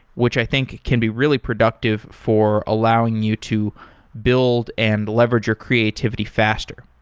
which i think can be really productive for allowing you to build and leverage your creativity faster.